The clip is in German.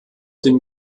dem